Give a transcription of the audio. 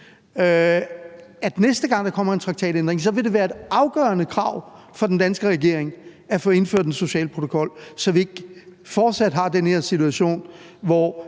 ske, før man aner det – vil det være et afgørende krav fra den danske regerings side at få indført en social protokol, så vi ikke fortsat har den her situation, hvor